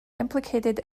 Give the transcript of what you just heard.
implicated